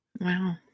Wow